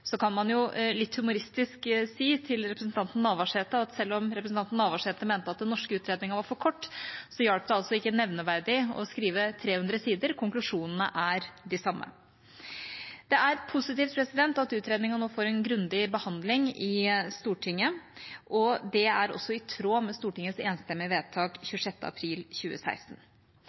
Så kan man jo litt humoristisk si til representanten Navarsete at selv om hun mente at den norske utredningen var for kort, hjalp det ikke nevneverdig å skrive 300 sider – konklusjonene er de samme. Det er positivt at utredningen nå får en grundig behandling i Stortinget. Det er også i tråd med Stortingets enstemmige vedtak av 26. april 2016.